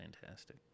fantastic